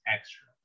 Extra